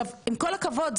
עם כל הכבוד,